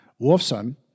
Wolfson